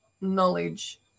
knowledge